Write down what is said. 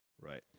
Right